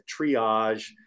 triage